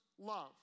love